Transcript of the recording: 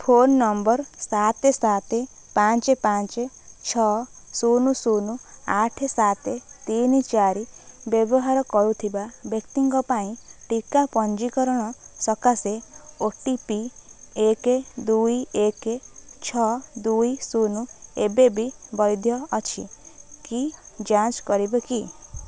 phone number ସାତ ସାତ ପାଞ୍ଚ ପାଞ୍ଚ ଛଅ ଶୂନ ଶୂନ ଆଠ ସାତ ତିନି ଚାରି ବ୍ୟବହାର କରୁଥିବା ବ୍ୟକ୍ତିଙ୍କ ପାଇଁ ଟିକା ପଞ୍ଜୀକରଣ ସକାଶେ ଓ ଟି ପି ଏକ ଦୁଇ ଏକ ଛଅ ଦୁଇ ଶୂନ ଏବେ ବି ବୈଧ ଅଛି କି ଯାଞ୍ଚ୍ କରିବ କି